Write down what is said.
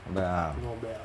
not bad ah